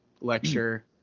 lecture